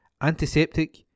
antiseptic